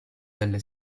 delle